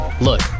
Look